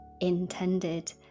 intended